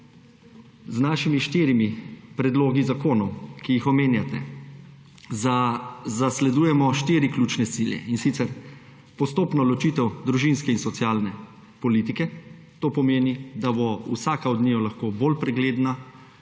z našimi štirimi predlogi zakonov, ki jih omenjate, zasledujemo štiri ključne cilje. Prvič, postopna ločitev družinske in socialne politike – to pomeni, da bo vsaka od njiju lahko bolj pregledna,